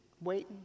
waiting